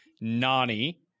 Nani